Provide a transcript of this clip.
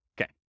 Okay